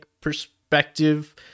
perspective